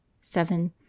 seven